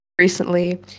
Recently